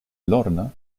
lorna